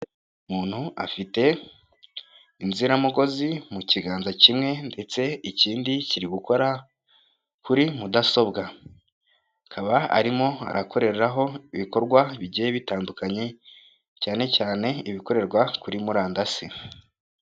Umuntu afite inziramugozi mu kiganza kimwe ndetse ikindi kiri gukora kuri mudasobwa, akaba arimo arakoreraho ibikorwa bigiye bitandukanye cyane cyane ibikorerwa kuri murandasi.